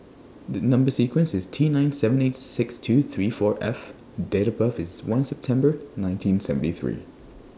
The Number sequence IS T nine seven eight six two three four F and Date of birth IS one September nineteen seventy three